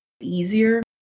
easier